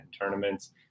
tournaments